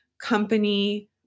company